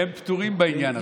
והם פטורים בעניין הזה.